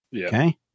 Okay